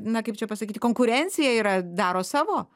na kaip čia pasakyti konkurencija yra daro savo